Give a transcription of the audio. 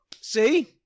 See